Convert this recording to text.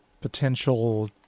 potential